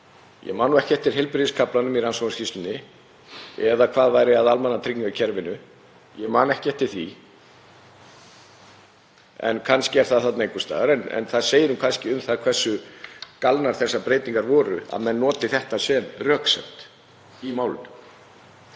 Ég man ekki eftir heilbrigðiskafla í rannsóknarskýrslunni eða hvað væri að almannatryggingakerfinu, ég man ekki eftir því. Kannski er það þarna einhvers staðar, en það segir kannski eitthvað um það hversu galnar þessar breytingar voru að menn noti þetta sem röksemd í málinu.